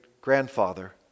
grandfather